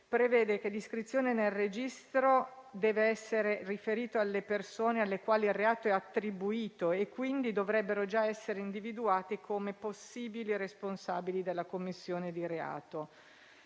prevede che l'iscrizione nel registro deve essere riferita alle persone alle quali il reato è attribuito e che quindi dovrebbero già essere individuate come possibili responsabili della commissione del reato.